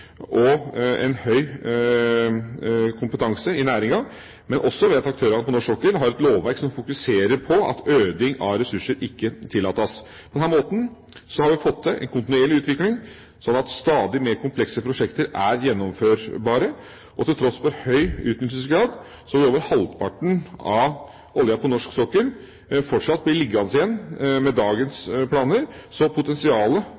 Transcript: teknologi og høy kompetanse i næringen, men også ved at aktørene på norsk sokkel har et lovverk som fokuserer på at øding av ressurser ikke tillates. På denne måten har vi fått til en kontinuerlig utvikling, slik at stadig mer komplekse prosjekter er gjennomførbare. Til tross for en høy utnyttelsesgrad vil over halvparten av oljen på norsk sokkel fortsatt bli liggende igjen med dagens planer, så potensialet